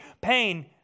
pain